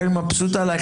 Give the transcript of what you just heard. איך אני מבסוט עלייך,